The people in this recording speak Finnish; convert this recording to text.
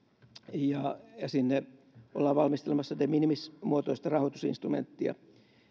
ja ja sinne ollaan valmistelemassa de minimis muotoista rahoitusinstrumenttia